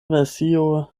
versio